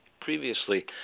previously